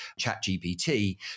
ChatGPT